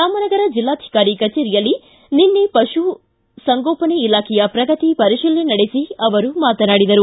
ರಾಮನಗರದ ಜಿಲ್ಲಾಧಿಕಾರಿ ಕಚೇರಿಯಲ್ಲಿ ನಿನ್ನೆ ಪಶುಸಂಗೋಪನೆ ಇಲಾಖೆಯ ಪ್ರಗತಿ ಪರಿಶೀಲನೆ ನಡೆಸಿ ಅವರು ಮಾತನಾಡಿದರು